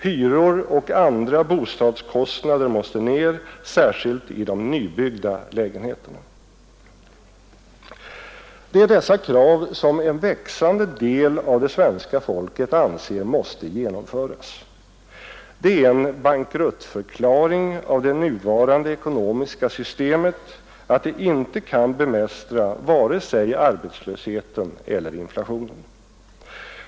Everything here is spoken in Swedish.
Hyror och andra bostadskostnader måste ner särskilt i de nybyggda lägenheterna. Det är dessa krav som en växande del av det svenska folket anser måste genomföras. Det är en bankruttförklaring av det nuvarande ekonomiska systemet att det inte kan bemästra vare sig arbetslösheten eller inflationen.